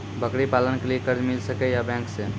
बकरी पालन के लिए कर्ज मिल सके या बैंक से?